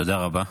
תודה רבה.